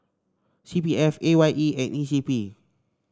C P F A Y E and E C P